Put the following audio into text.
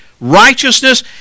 righteousness